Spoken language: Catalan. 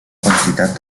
quantitat